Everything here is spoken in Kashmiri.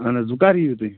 اَہن حظ وۄنۍ کَر یِیُِو تۄہہِ